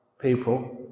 people